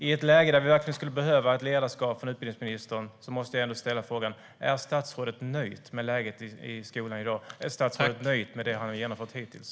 I ett läge där vi verkligen skulle behöva ett ledarskap från utbildningsministern måste jag ställa frågan: Är statsrådet nöjd med läget i skolan i dag? Är statsrådet nöjd med det han har genomfört hittills?